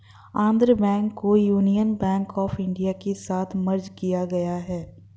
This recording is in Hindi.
आन्ध्रा बैंक को यूनियन बैंक आफ इन्डिया के साथ मर्ज किया गया है